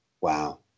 wow